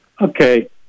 Okay